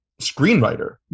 screenwriter